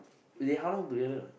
wait they how long together